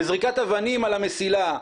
בזריקת אבנים על המסילה,